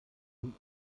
nun